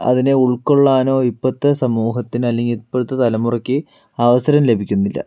അതിനെ ഉൾകൊള്ളാനോ ഇപ്പോഴത്തെ സമൂഹത്തിന് അല്ലെങ്കിൽ ഇപ്പോഴത്തെ തലമുറയ്ക്ക് അവസരം ലഭിക്കുന്നില്ല